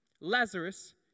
Lazarus